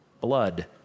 blood